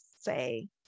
say